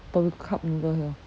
but we got cup noodle here